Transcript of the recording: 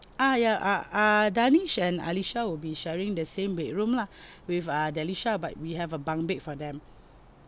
ah ya err (eer) darnish and alisha will be sharing the same bedroom lah with uh delisha but we have a bunk bed for them